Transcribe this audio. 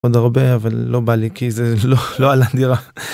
תודה רבה אבל לא בא לי כי זה לא על הדירה.